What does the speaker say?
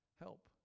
help